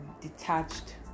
detached